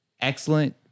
Excellent